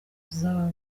z’aba